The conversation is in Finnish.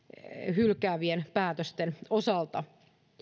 hylkäävien päätösten osuus